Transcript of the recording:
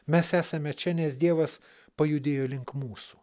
mes esame čia nes dievas pajudėjo link mūsų